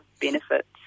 benefits